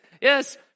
yes